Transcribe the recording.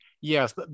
Yes